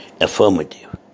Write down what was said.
affirmative